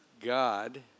God